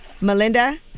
Melinda